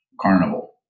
carnival